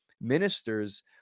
ministers